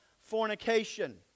fornication